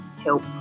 help